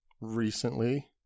Recently